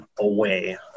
away